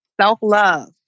self-love